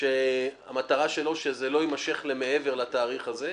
שהמטרה שלו שזה לא יימשך מעבר לתאריך הזה.